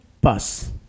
bus